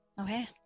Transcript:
Okay